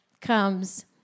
comes